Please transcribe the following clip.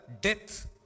death